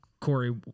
Corey